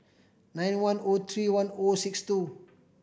nine one O three one O six two